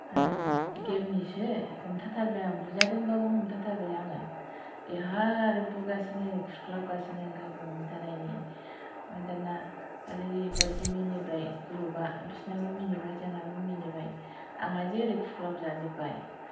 ओम गेमनिसो हमथाथारबाय आं बुजादोंबाबो हमथाथारबाय आङो बेहा आरो बुगासिनो खुरख्लाबगासिनो गावखौ हमथानायनि ओमफाय दाना ओरैबायदि मिनिबाय ग्रुबा बिसिनाबो मिनिबाय जोंनाबो मिनिबाय आंहाजे ओरै खुख्लाबजाजोबबाय